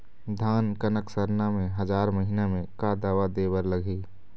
धान कनक सरना मे हजार महीना मे का दवा दे बर लगही?